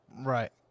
Right